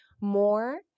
more